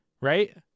right